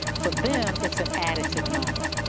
for them, it's an additive model.